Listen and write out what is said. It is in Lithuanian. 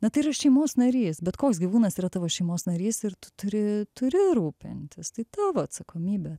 na tai yra šeimos narys bet koks gyvūnas yra tavo šeimos narys ir tu turi turi rūpintis tai tavo atsakomybė